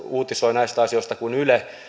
uutisoi näistä asioista kuin yle